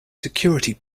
security